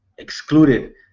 excluded